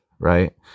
Right